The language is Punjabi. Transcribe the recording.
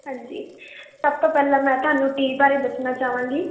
ਹਾਂਜੀ ਸਭ ਤੋਂ ਪਹਿਲਾਂ ਮੈਂ ਤੁਹਾਨੂੰ ਟੀ ਬਾਰੇ ਦੱਸਣਾ ਚਾਵਾਂਗੀ